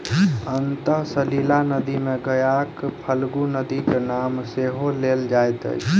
अंतः सलिला नदी मे गयाक फल्गु नदीक नाम सेहो लेल जाइत अछि